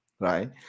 right